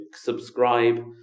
subscribe